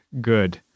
good